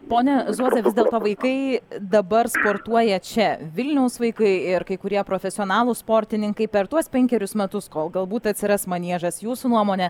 pone zuoza vis dėlto vaikai dabar sportuoja čia vilniaus vaikai ir kai kurie profesionalūs sportininkai per tuos penkerius metus kol galbūt atsiras maniežas jūsų nuomone